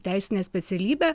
teisinę specialybę